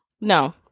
No